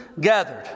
gathered